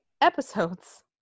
episodes